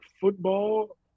football